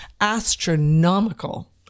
astronomical